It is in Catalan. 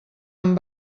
amb